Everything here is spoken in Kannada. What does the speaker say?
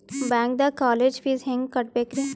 ಬ್ಯಾಂಕ್ದಾಗ ಕಾಲೇಜ್ ಫೀಸ್ ಹೆಂಗ್ ಕಟ್ಟ್ಬೇಕ್ರಿ?